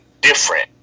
different